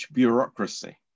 bureaucracy